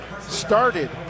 started